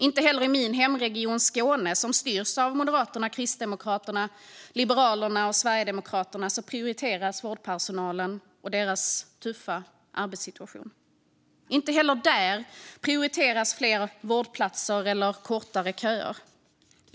Inte heller i min hemregion Skåne, som styrs av Moderaterna, Kristdemokraterna, Liberalerna och Sverigedemokraterna, prioriteras vårdpersonalen och deras tuffa arbetssituation. Inte heller där prioriteras fler vårdplatser eller kortare köer.